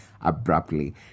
abruptly